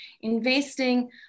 investing